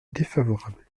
défavorable